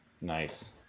Nice